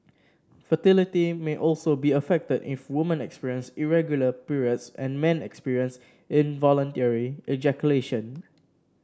fertility may also be affected if woman experience irregular periods and men experience involuntary ejaculation